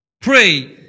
Pray